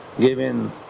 given